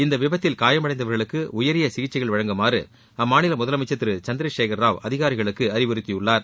இந்த விபத்தில் காயமடைந்தவர்களுக்கு உயரிய சிகிச்சைகள் வழங்குமாறு அம்மாநில முதலமைச்சர் திரு சந்திரசேகர்ராவ் அதிகாரிகளுக்கு அறிவுறுத்தியுள்ளார்